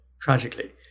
tragically